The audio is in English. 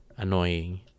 annoying